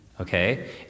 okay